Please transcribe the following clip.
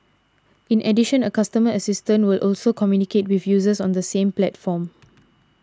in addition a customer assistant will also communicate with users on the same platforms